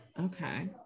okay